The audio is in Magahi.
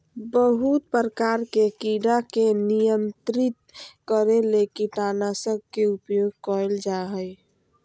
बहुत प्रकार के कीड़ा के नियंत्रित करे ले कीटनाशक के उपयोग कयल जा हइ